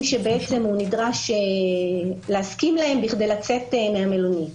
שהוא נדרש להסכים להם כדי לצאת מהמלונית.